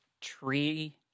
tree